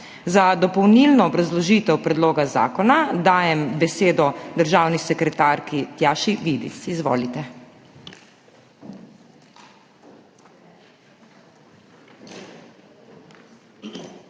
Za dopolnilno obrazložitev predloga zakona dajem besedo državni sekretarki Tjaši Vidic. Izvolite.